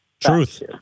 Truth